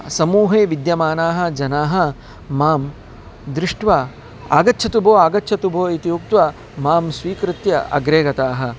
समूहे विद्यमानाः जनाः मां दृष्ट्वा आगच्छतु भो आगच्छतु भो इति उक्त्वा मां स्वीकृत्य अग्रे गताः